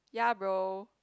ya bro